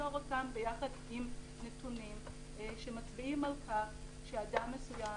ולמסור אותם ביחד עם נתונים שמצביעים על כך שאדם מסוים